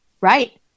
right